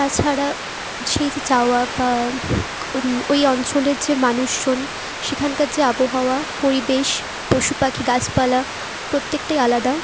তাছাড়া সেই যে যাওয়া বা ওই অঞ্চলের যে মানুষজন সেখানকার যে আবহাওয়া পরিবেশ পশু পাখি গাছপালা প্রত্যেকটাই আলাদা